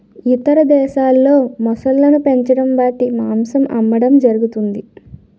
ఇతర దేశాల్లో మొసళ్ళను పెంచడం వాటి మాంసం అమ్మడం జరుగుతది